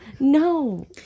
No